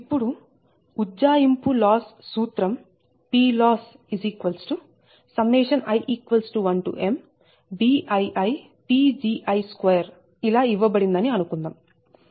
ఇప్పుడు ఉజ్జాయింపు లాస్ సూత్రం PLossi1mBiiPgi2 ఇలా ఇవ్వబడిందని అనుకుందాం